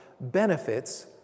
benefits